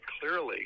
clearly